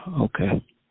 Okay